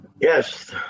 Yes